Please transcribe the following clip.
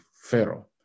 Pharaoh